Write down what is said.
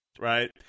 Right